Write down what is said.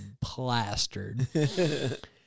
plastered